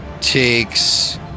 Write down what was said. takes